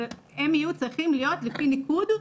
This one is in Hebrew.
אבל הם יהיו צריכים להיות לפי ניקוד,